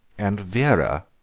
and vera,